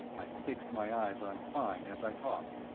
i fixed my eyes on fine as i talked.